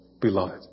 Beloved